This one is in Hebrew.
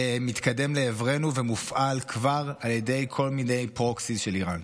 שמתקדם לעברנו ומופעל כבר על ידי כל מיני פרוקסיז של איראן.